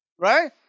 Right